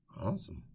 awesome